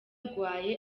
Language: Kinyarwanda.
barwaye